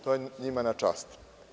To je njima na čast.